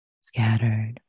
scattered